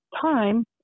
time